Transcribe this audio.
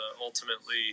ultimately